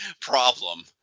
problem